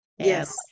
yes